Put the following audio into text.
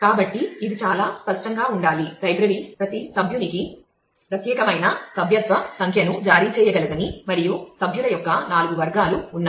కాబట్టి ఇది చాలా స్పష్టంగా ఉండాలి లైబ్రరీ ప్రతి సభ్యునికి ప్రత్యేకమైన సభ్యత్వ సంఖ్యను జారీ చేయగలదని మరియు సభ్యుల యొక్క 4 వర్గాలు ఉన్నాయి